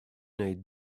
need